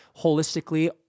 holistically –